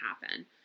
happen